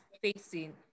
facing